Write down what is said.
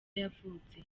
yavutse